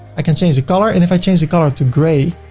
i can change the color, and if i change the color to gray,